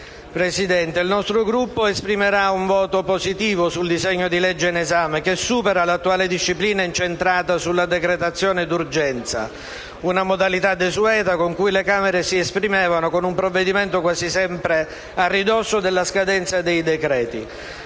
Presidente, il nostro Gruppo esprimerà un giudizio sostanzialmente positivo sul disegno di legge in esame, che supera l'attuale disciplina incentrata sulla decretazione d'urgenza, una modalità desueta, con cui le Camere si esprimevano con un provvedimento quasi sempre a ridosso della scadenza dei decreti.